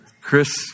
Chris